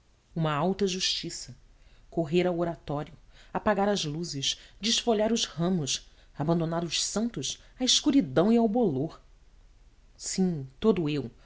uma alta justiça correr ao oratório apagar as luzes desfolhar os ramos abandonar os santos à escuridão e ao bolor sim todo eu